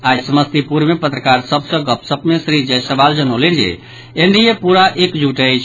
आई समस्तीपुर मे पत्रकार सभ सँ गपशप मे श्री जायसवाल जनौलनि जे एनडीए पूरा एक जुट अछि